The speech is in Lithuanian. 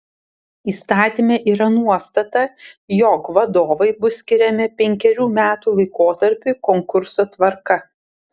įstatyme yra nuostata jog vadovai bus skiriami penkerių metų laikotarpiui konkurso tvarka